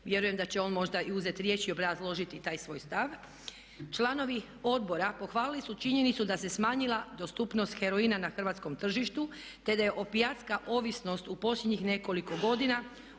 Vjerujem da će on možda uzeti riječ i obrazložiti taj svoj stav. Članovi odbora pohvalili su činjenicu da se smanjila dostupnost heroina na hrvatskom tržištu te da je opijatska ovisnost u posljednjih nekoliko godina